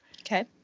Okay